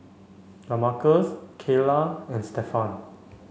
Damarcus Kaela and Stephan